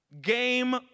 Game